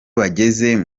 bageze